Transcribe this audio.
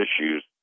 issues